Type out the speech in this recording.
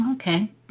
Okay